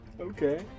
Okay